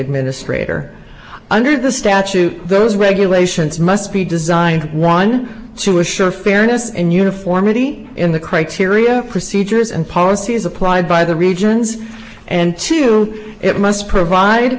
administrator under the statute those regulations must be designed one to assure fairness and uniformity in the criteria procedures and policies applied by the regions and two it must provide